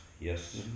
yes